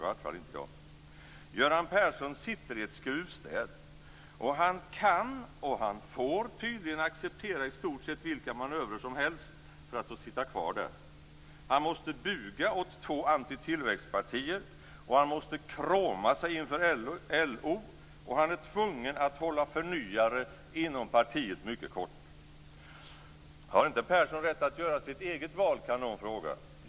Inte jag, i alla fall. Göran Persson sitter i ett skruvstäd. Och han kan och han får tydligen acceptera i stort sett vilka manövrer som helst för att få sitta kvar där. Han måste buga åt två antitillväxtpartier, och han måste kråma sig inför LO. Och han är tvungen att hålla förnyare inom partiet mycket kort. Har inte Persson rätt att göra sitt eget val? kan någon fråga.